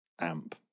amp